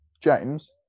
James